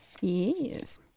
Yes